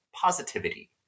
positivity